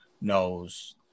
knows